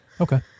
Okay